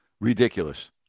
Ridiculous